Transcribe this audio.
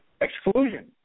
exclusion